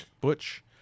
Butch